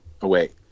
away